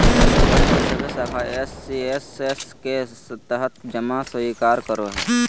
bank के सभे शाखा एस.सी.एस.एस के तहत जमा स्वीकार करो हइ